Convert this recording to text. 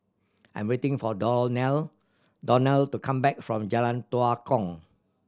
I'm waiting for Donell Donell to come back from Jalan Tua Kong